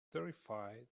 terrified